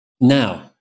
Now